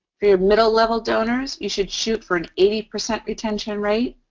for your middle-level donors, you should shoot for an eighty percent retention rate.